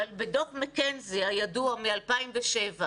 אבל בדוח מקנזי הידוע מ-2007,